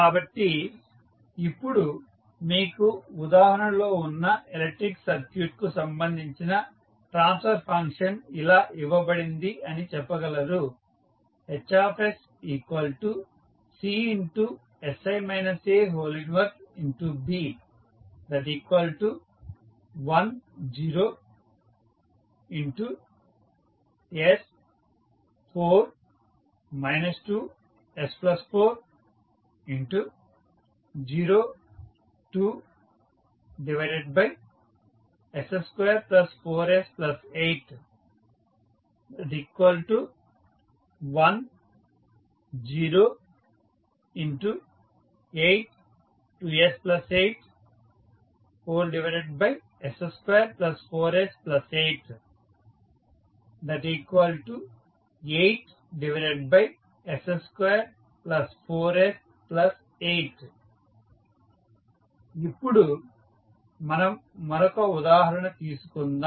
కాబట్టి ఇప్పుడు మీకు ఉదాహరణలో ఉన్న ఎలక్ట్రికల్ సర్క్యూట్కు సంబంధించిన ట్రాన్స్ఫర్ ఫంక్షన్ ఇలా ఇవ్వబడింది అని చెప్పగలరు ఇప్పుడు మనం మరొక ఉదాహరణ తీసుకుందాం